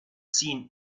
seen